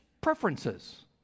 preferences